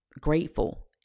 grateful